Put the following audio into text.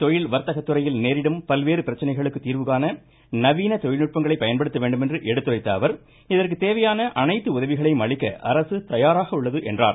தொழில் வர்த்தகதுறையில் நேரிடும் பல்வேறு பிரச்சனைகளுக்குத் தீர்வுகாண நவீன தொழில்நுட்பங்களை பயன்படுத்த வேண்டுமென்று எடுத்துரைத்த அவர் இதற்கு தேவையான அனைத்து உதவிகளையும் அளிக்க அரசு தயாராக உள்ளது என்றார்